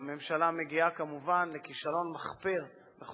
הממשלה מגיעה כמובן לכישלון מחפיר בכל